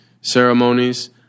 ceremonies